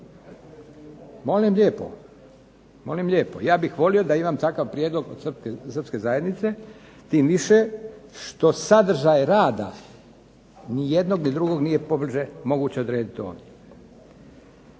Tim više što, molim lijepo, ja bih volio da imam takav prijedlog od srpske zajednice tim više što sadržaj rada ni jednog ni drugog nije pobliže moguće odrediti ovdje.